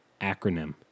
acronym